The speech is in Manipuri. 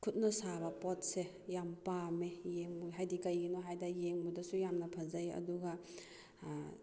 ꯈꯨꯠꯅ ꯁꯥꯕ ꯄꯣꯠꯁꯦ ꯌꯥꯝ ꯄꯥꯝꯃꯦ ꯍꯥꯏꯗꯤ ꯀꯩꯒꯤꯅꯣ ꯍꯥꯏꯗ ꯌꯦꯡꯕꯗꯁꯨ ꯌꯥꯝꯅ ꯐꯖꯩ ꯑꯗꯨꯒ